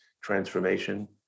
transformation